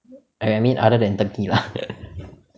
I mean other than turkey lah